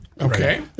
Okay